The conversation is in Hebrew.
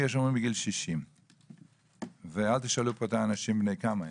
ויש אומרים מגיל 60. ואל תשאלו פה את האנשים בני כמה הם,